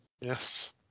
Yes